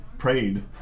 prayed